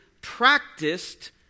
practiced